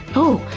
ooh!